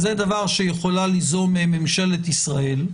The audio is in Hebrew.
זה דבר שיכולה ליזום ממשלת ישראל.